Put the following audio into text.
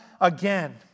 again